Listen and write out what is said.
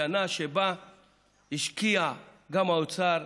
שנה שבה השקיעו גם האוצר,